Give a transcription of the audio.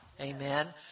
Amen